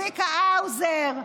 צביקה האוזר,